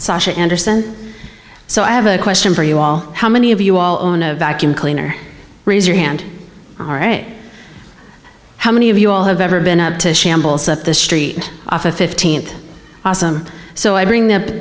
anderson so i have a question for you all how many of you all on a vacuum cleaner raise your hand all right how many of you all have ever been up to shambles at the street and fifteen awesome so i bring them